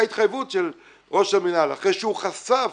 התחייבות של ראש המינהל אחרי שהוא חשף